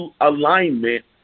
alignment